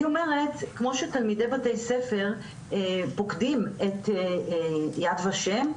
אומרת כמו שתלמידי בתי ספר פוקדים את 'יד ושם',